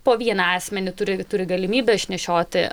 po vieną asmenį turi turi galimybę išnešioti